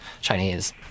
Chinese